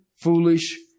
foolish